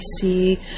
see